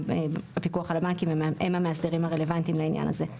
הם המאסדרים הרלוונטיים לעניין הזה.